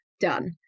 done